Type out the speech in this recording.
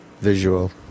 visual